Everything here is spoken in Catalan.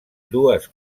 dues